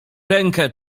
rękę